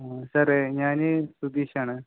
സാറേ ഞാൻ സുധീഷാണ്